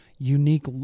unique